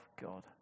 God